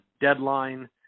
deadline